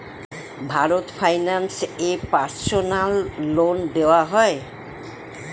Bharat finance এ personal loan দেওয়া হয়?